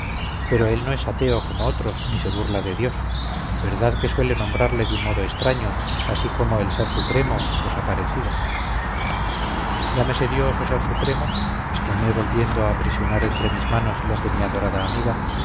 pero él no es ateo como otros ni se burla de dios verdad que suele nombrarle de un modo extraño así como el ser supremo o cosa parecida llámese dios o ser supremo exclamé volviendo a aprisionar entre mis manos las de mi adorada amiga